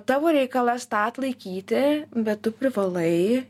tavo reikalas tą atlaikyti bet tu privalai